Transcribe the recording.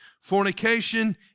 Fornication